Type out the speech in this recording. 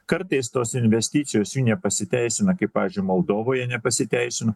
kartais tos investicijos jų nepasiteisina kaip pavyzdžiui moldovoje nepasiteisino